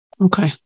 Okay